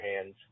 hands